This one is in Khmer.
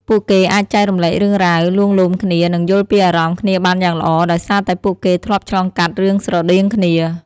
ពួកគេអាចចែករំលែករឿងរ៉ាវ លួងលោមគ្នា និងយល់ពីអារម្មណ៍គ្នាបានយ៉ាងល្អ ដោយសារតែពួកគេធ្លាប់ឆ្លងកាត់រឿងស្រដៀងគ្នា ។